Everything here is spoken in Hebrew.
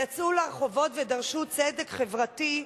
יצאו לרחובות ודרשו צדק חברתי,